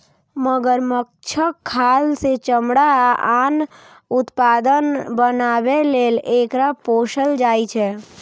मगरमच्छक खाल सं चमड़ा आ आन उत्पाद बनाबै लेल एकरा पोसल जाइ छै